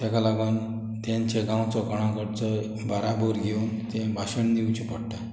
ताका लागून तांचे गांवचो कोणा कडचो बाराबोर घेवन तें भाशण दिवचें पडटा